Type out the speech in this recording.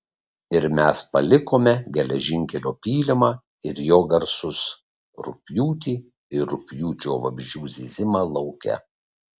ir mes palikome geležinkelio pylimą ir jo garsus rugpjūtį ir rugpjūčio vabzdžių zyzimą lauke